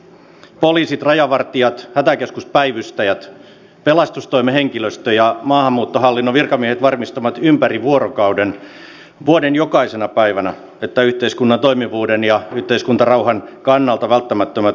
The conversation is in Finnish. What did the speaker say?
poliisit rajavartijat hätäkeskuspäivystäjät pelastustoimen henkilöstö ja maahanmuuttohallinnon virkamiehet varmistavat ympäri vuorokauden vuoden jokaisena päivänä että yhteiskunnan toimivuuden ja yhteiskuntarauhan kannalta välttämättömät turvallisuustehtävät tulevat hoidetuksi